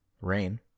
Rain